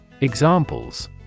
Examples